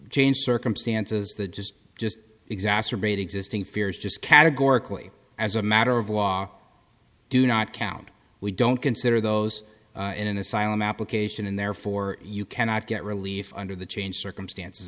changed circumstances the just just exacerbate existing fears just categorically as a matter of law do not count we don't consider those in an asylum application and therefore you cannot get relief under the changed circumstances